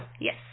Yes